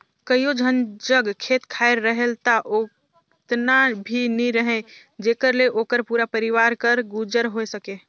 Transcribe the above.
कइयो झन जग खेत खाएर रहेल ता ओतना भी नी रहें जेकर ले ओकर पूरा परिवार कर गुजर होए सके